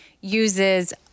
uses